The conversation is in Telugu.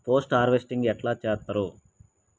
పోస్ట్ హార్వెస్టింగ్ ఎట్ల చేత్తరు?